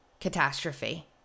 catastrophe